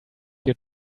your